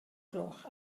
gloch